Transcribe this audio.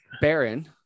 baron